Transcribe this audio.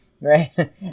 right